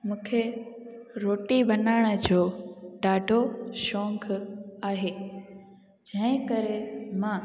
मुखे रोटी बनाइण जो ॾाढो शौक़ु आहे जंहिं करे मां